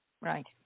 Right